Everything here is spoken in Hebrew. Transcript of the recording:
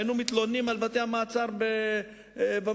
היינו מתלוננים על בתי-המעצר במשטרה,